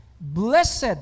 blessed